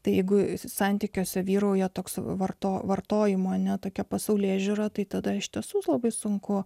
tai jeigu santykiuose vyrauja toks varto vartojimo ne tokia pasaulėžiūra tai tada iš tiesų labai sunku